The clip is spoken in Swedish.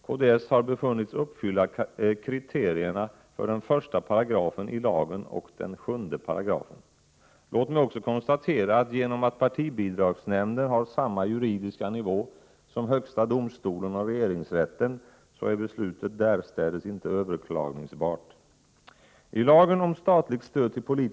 Kds har befunnits uppfylla kriterierna i 1 § och 7 § i lagen. Låt mig också konstatera att genom att partibidragsnämnden har samma juridiska nivå som högsta domstolen och regeringsrätten, är beslutet därstädes inte överklagningsbart.